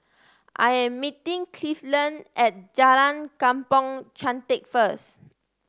I am meeting Cleveland at Jalan Kampong Chantek first